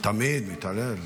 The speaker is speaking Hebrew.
זה ידוע.